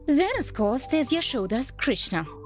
then of course there is yashoda's krishna!